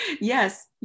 Yes